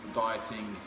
dieting